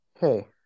Hey